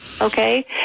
Okay